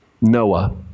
Noah